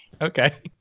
okay